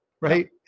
right